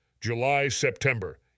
July-September